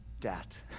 debt